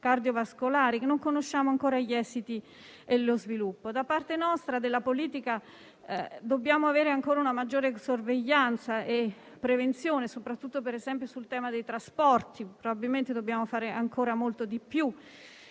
cardiovascolari, di cui non conosciamo ancora gli esiti e lo sviluppo. Da parte nostra, da parte della politica, dobbiamo avere una maggiore sorveglianza e prevenzione, soprattutto - per esempio - sul tema dei trasporti. Probabilmente dobbiamo fare ancora molto di più.